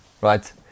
right